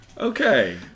Okay